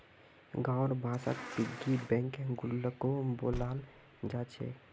गाँउर भाषात पिग्गी बैंकक गुल्लको बोलाल जा छेक